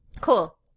Cool